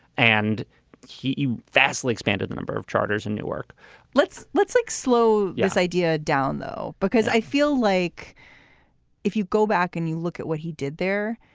and he vastly expanded the number of charters in newark let's let's look like slow. yes. idea down, though, because i feel like if you go back and you look at what he did there,